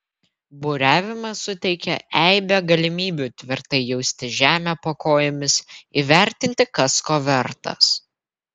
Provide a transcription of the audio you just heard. buriavimas suteikia eibę galimybių tvirtai jausti žemę po kojomis įvertinti kas ko vertas